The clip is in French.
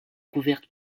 couvertes